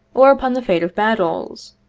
or upon the fate of battles,